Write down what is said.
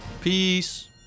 Peace